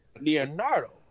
leonardo